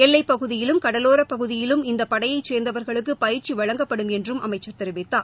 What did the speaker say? எல்லைப்பகுதியிலும் கடலோரப் பகுதியிலும் இந்த படையைச் சேர்ந்தவர்களுக்கு பயிற்சி வழங்கப்படும் என்றும் அமைச்சர் தெரிவித்தார்